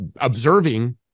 observing